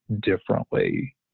differently